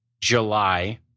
July